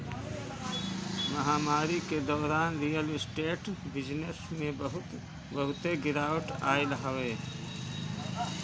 महामारी के दौरान रियल स्टेट के बिजनेस में बहुते गिरावट आइल हवे